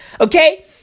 okay